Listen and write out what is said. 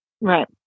Right